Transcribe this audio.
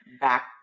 back